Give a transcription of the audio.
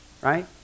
right